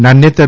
નાન્યતર